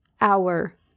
hour